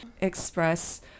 express